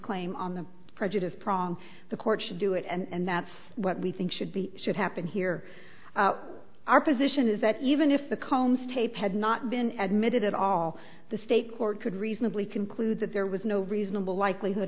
claim on the prejudice prong the court should do it and that's what we think should be should happen here our position is that even if the combs tape had not been admittedly all the state court could reasonably conclude that there was no reasonable likelihood